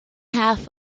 half